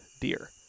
deer